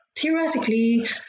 theoretically